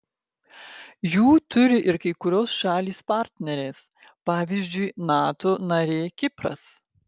jų turi ir kai kurios šalys partnerės pavyzdžiui nato narė kipras